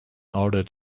order